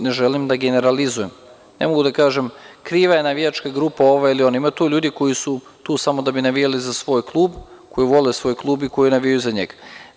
Ne želim da generalizujem, ne mogu da kažem – kriva je navijačka grupa ova ili ona, ima tu ljudi koji su tu samo da bi navijali za svoj klub, koji vole svoj klub i koji navijaju za njega.